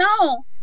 no